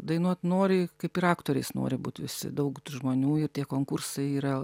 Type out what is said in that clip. dainuot nori kaip ir aktoriais nori būt visi daug žmonių ir tie konkursai yra